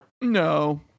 No